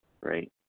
right